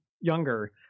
younger